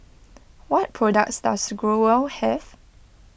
what products does Growell have